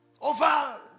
over